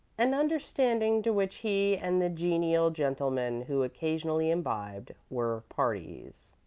an understanding to which he and the genial gentleman who occasionally imbibed were parties.